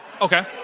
Okay